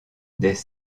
des